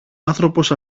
άνθρωπος